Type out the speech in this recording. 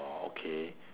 oh okay